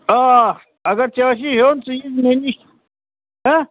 آ اگر ژےٚ آسی ہٮ۪ون ژٕ ییٖزِ مےٚ نِش